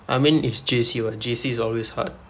I mean is J_C what J_C is always hard